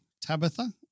Tabitha